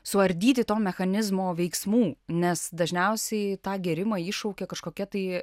suardyt to mechanizmo veiksmų nes dažniausiai tą gėrimą iššaukia kažkokia tai